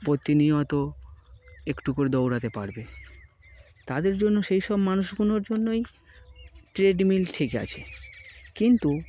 প্রতিনিয়ত একটু করে দৌড়াতে পারবে তাদের জন্য সেই সব মানুষগুলোর জন্যই ট্রেডমিল ঠিক আছে কিন্তু